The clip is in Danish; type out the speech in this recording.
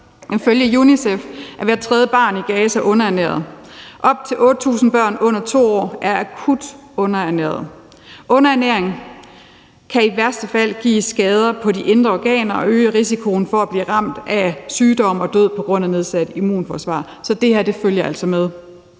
Ifølge UNICEF er op til 8.000 børn under 2 år akut underernæret. Underernæring kan i værste fald give skader på de indre organer og øge risikoen for at blive ramt af sygdom og død på grund af nedsat immunforsvar, så de her ting følger altså med.